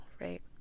right